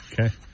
okay